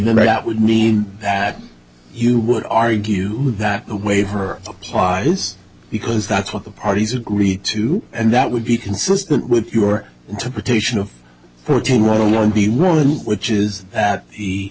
and that would mean that you would argue that the way her applies because that's what the parties agreed to and that would be consistent with your interpretation of fourteen right along the route which is that he